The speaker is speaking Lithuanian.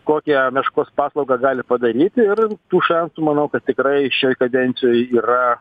kokią meškos paslaugą gali padaryti ir tų šansų manau kad tikrai šioj kadencijoj yra